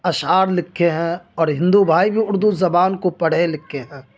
اشعار لکھے ہیں اور ہندو بھائی بھی اردو زبان کو پڑھے لکھے ہیں